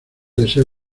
deseo